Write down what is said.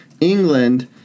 england